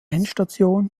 endstation